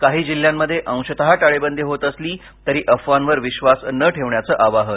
काही जिल्ह्यांमध्ये अंशतः टाळेबंदी होत असली तरी अफवांवर विश्वास न ठेवण्याचं आवाहन